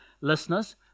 listeners